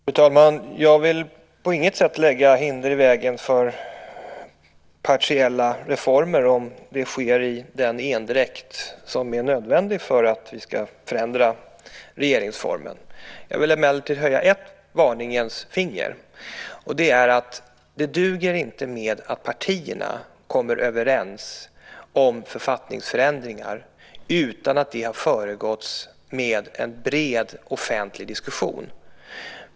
Fru talman! Jag vill på inget sätt lägga hinder i vägen för partiella reformer, om de sker i den endräkt som är nödvändig för att vi ska förändra regeringsformen. Jag vill emellertid höja ett varningens finger: Det duger inte med att partierna kommer överens om författningsförändringar utan att de har föregåtts av en bred offentlig diskussion.